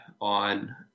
on